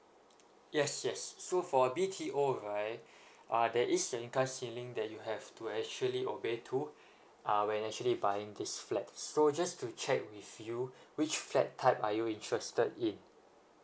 yes yes so for B_T_O right uh there is income ceiling that you have to actually obeyed too uh when actually buying this flat so just to check with you which flat type are you interested in